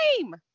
name